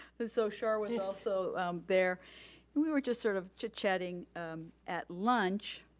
but so suhr was also there and we were just sort of chitchatting at lunch.